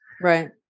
Right